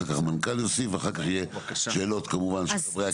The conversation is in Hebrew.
אחר כך המנכ"ל יוסיף ואחר כך יהיו שאלות ויהיו תשובות.